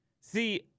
see